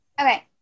Okay